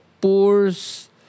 pours